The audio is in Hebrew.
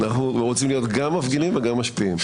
אנחנו רוצים להיות גם מפגינים וגם משפיעים.